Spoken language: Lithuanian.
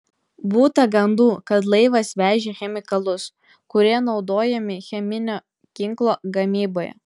būta gandų kad laivas vežė chemikalus kurie naudojami cheminio ginklo gamyboje